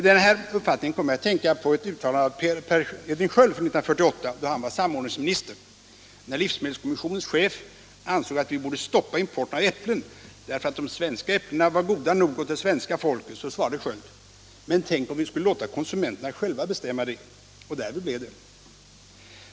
Denna uppfattning kommer mig att tänka på ett uttalande av Per Edvin till politiskt parti, Sköld från 1948, då han var samordningsminister. När livsmedelskommissionens chef ansåg att vi borde stoppa importen av äpplen, därför att de svenska äpplena var goda nog åt det svenska folket, svarade Sköld: ”Men tänk om vi skulle låta konsumenterna själva bestämma det.” Och därvid blev det.